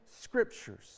scriptures